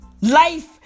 Life